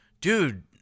Dude